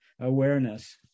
awareness